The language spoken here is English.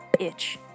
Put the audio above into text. bitch